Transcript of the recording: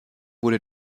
wurde